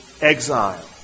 exile